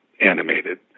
animated